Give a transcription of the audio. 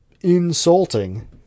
insulting